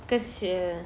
because ya